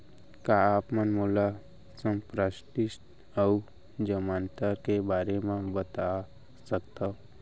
का आप मन मोला संपार्श्र्विक अऊ जमानत के बारे म बता सकथव?